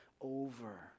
over